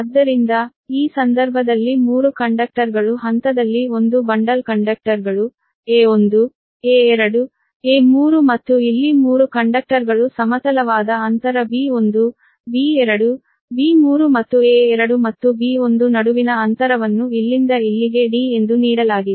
ಆದ್ದರಿಂದ ಈ ಸಂದರ್ಭದಲ್ಲಿ 3 ಕಂಡಕ್ಟರ್ಗಳು ಹಂತದಲ್ಲಿ ಒಂದು ಬಂಡಲ್ ಕಂಡಕ್ಟರ್ಗಳು a1a2 a3 ಮತ್ತು ಇಲ್ಲಿ 3 ಕಂಡಕ್ಟರ್ಗಳು ಸಮತಲವಾದ ಅಂತರ b1 b2 b3 ಮತ್ತು a2 ಮತ್ತು b1 ನಡುವಿನ ಅಂತರವನ್ನು ಇಲ್ಲಿಂದ ಇಲ್ಲಿಗೆ D ಎಂದು ನೀಡಲಾಗಿದೆ